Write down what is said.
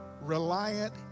reliant